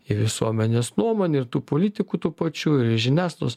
į visuomenės nuomonę ir tų politikų tų pačių ir į žiniasklaidos